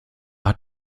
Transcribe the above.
hat